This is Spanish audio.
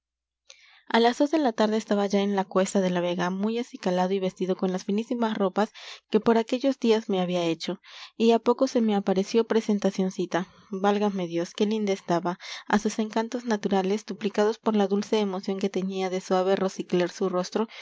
a las dos de la tarde estaba ya en la cuesta de la vega muy acicalado y vestido con las finísimas ropas que por aquellos días me había hecho y a poco se me apareció presentacioncita válgame dios qué linda estaba a sus encantos naturales duplicados por la dulce emoción que teñía de suave rosicler su rostro